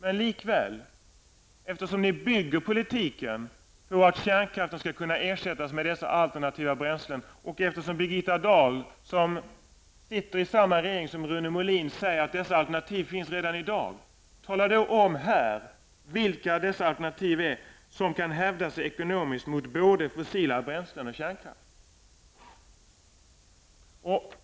Men eftersom ni likväl bygger politiken på att kärnkraften skall kunna ersättas med alternativa bränslen och eftersom Birgitta Dahl som sitter i samma regering som Rune Mohlin säger att dessa alternativ finns redan i dag, vill jag då här veta vilka dessa alternativ är som kan hävda sig ekonomiskt mot både fossila bränslen och kärnkraft.